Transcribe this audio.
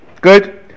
Good